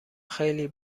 خیلی